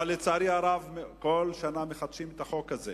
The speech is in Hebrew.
אבל לצערי הרב, בכל שנה מחדשים את החוק הזה